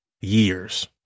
Years